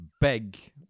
big